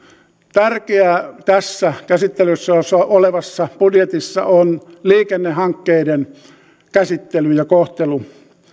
tärkeää tässä käsittelyssä olevassa budjetissa on liikennehankkeiden käsittely ja kohtelu